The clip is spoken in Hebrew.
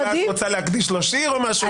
אולי את רוצה להקדיש לו שיר או משהו כזה?